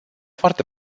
foarte